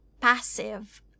passive